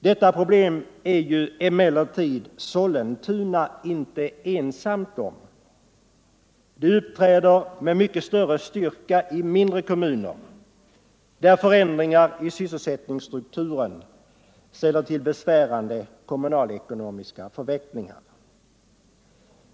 Detta problem är emellertid Sollentuna kommun inte ensam om — det uppträder med mycket större styrka i mindre kommuner, där förändringar i sysselsättningsstrukturen ställer till besvärande kommunalekonomiska förvecklingar.